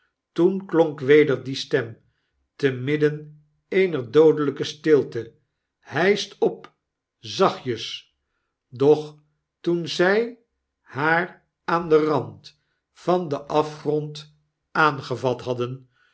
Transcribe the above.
toen klonk weder die stem te midden eener doodelyke stilte fl hyscht op zachtjes i doch toen zy haar aan den rand van den afgrond een schurk als vebtrouwde aangevat hadden